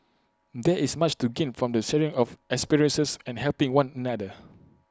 there is much to gain from the sharing of experiences and helping one another